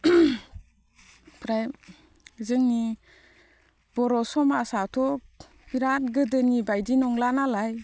ओमफ्राय जोंनि बर' समाजाथ' बिराद गोदोनि बायदि नंलानालाय